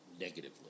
negatively